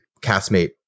Castmate